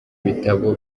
bitabo